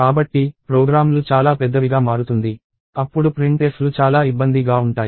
కాబట్టి ప్రోగ్రామ్లు చాలా పెద్దవిగా మారుతుంది అప్పుడు printf లు చాలా ఇబ్బంది గా ఉంటాయి